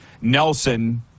Nelson